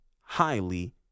highly